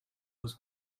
was